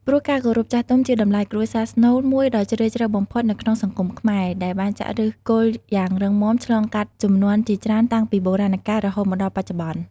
ព្រោះការគោរពចាស់ទុំជាតម្លៃគ្រួសារស្នូលមួយដ៏ជ្រាលជ្រៅបំផុតនៅក្នុងសង្គមខ្មែរ ដែលបានចាក់ឫសគល់យ៉ាងរឹងមាំឆ្លងកាត់ជំនាន់ជាច្រើនតាំងពីបុរាណកាលរហូតមកដល់បច្ចុប្បន្ន។